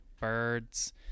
birds